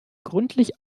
gründlich